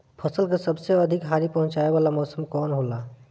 फसल के सबसे अधिक हानि पहुंचाने वाला मौसम कौन हो ला?